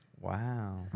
wow